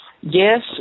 Yes